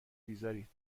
بیزارید